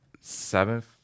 seventh